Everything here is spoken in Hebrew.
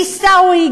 עיסאווי,